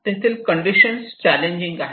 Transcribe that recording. तेथील conditions challenging आहेत